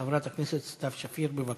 חברת הכנסת סתיו שפיר, בבקשה.